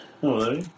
Hello